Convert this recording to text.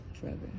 forever